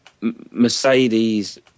Mercedes